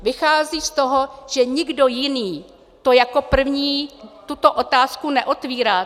Vychází z toho, že nikdo jiný jako první tuto otázku neotvírá.